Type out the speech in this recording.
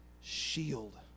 shield